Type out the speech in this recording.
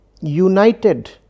united